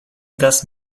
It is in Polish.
das